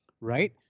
right